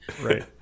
Right